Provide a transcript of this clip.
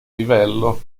livello